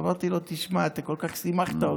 אמרתי לו: תשמע, אתה כל כך שימחת אותי.